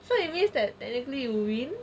so it means that technically you win